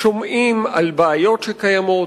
שומעים על בעיות שקיימות,